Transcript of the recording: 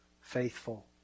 faithful